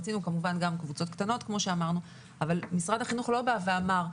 רצינו כמובן גם קבוצות קטנות כמו שאמרנו אבל משרד החינוך לא בא ואמר.